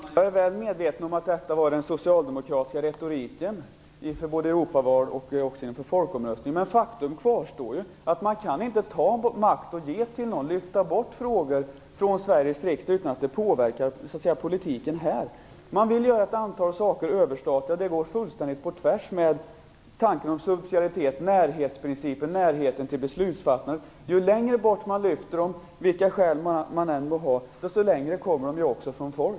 Herr talman! Jag är väl medveten om att detta var den socialdemokratiska retoriken inför både Europavalet och folkomröstningen. Men faktum kvarstår: Man kan inte ta bort makt och ge den till någon. Man kan inte lyfta bort frågor från Sveriges riksdag utan att det påverkar politiken här. Man vill göra ett antal saker överstatliga - fullständigt på tvärs med tanken om subsidiariteten, dvs. närhetsprincipen, närheten till beslutsfattandet. Ju längre bort man lyfter de frågorna, oavsett vilka skälen är, desto längre bort från folk kommer de.